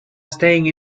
staying